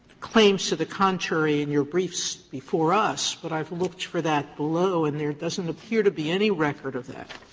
claims to the contrary in your briefs before us, but i've looked for that below, and there doesn't appear to be any record of that.